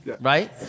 right